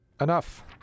enough